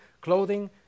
clothing